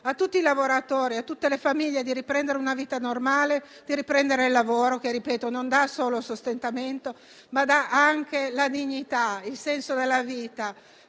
a tutti i lavoratori, a tutte le famiglie, di riprendere una vita normale, di riprendere il lavoro, che non dà solo sostentamento ma anche dignità, il senso della vita,